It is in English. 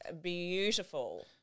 beautiful